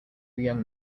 young